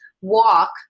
walk